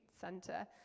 center